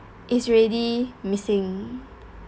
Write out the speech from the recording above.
is already missing